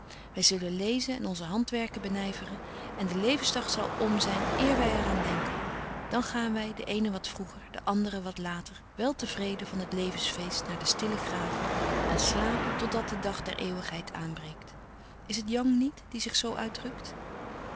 wy zullen lezen en onze handwerken benyveren en de levensdag zal om zyn eer wy er aan denken dan gaan wy de eene wat vroeger de andere wat later wel te vreden van het levens feest naar de stille graven en slapen tot dat de dag der eeuwigheid aanbreekt is het young niet die zich zo uitdrukt